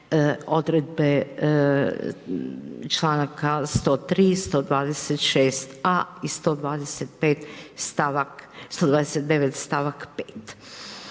odredbe članaka 103., 126 a i 125. 129. stavak 5.